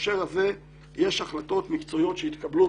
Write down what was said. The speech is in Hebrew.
ובהקשר הזה יש החלטות מקצועיות שהתקבלו,